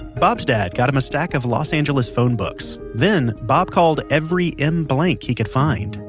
bob's dad got him a stack of los angeles phone books. then bob called every m. blanc he could find,